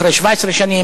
אחרי 17 שנים,